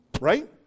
Right